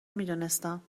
میدونستم